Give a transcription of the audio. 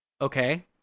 Okay